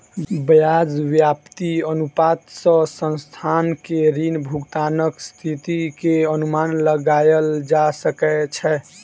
ब्याज व्याप्ति अनुपात सॅ संस्थान के ऋण भुगतानक स्थिति के अनुमान लगायल जा सकै छै